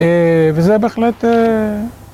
וזה בהחלט...